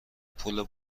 پول